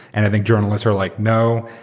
and i think journalists are like, no.